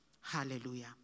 Hallelujah